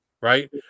right